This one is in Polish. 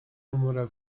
umrę